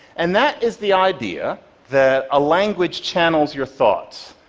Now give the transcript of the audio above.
and that is the idea that a language channels your thoughts,